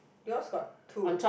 yours got two